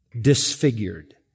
disfigured